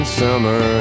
summer